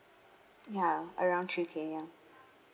ya around three K ya